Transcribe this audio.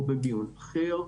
או במיון אחר.